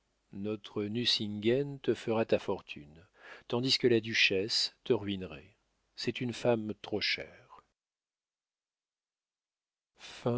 notre nucingen te fera ta fortune tandis que la duchesse te ruinerait c'est une femme trop chère